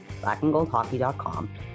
blackandgoldhockey.com